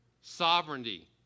Sovereignty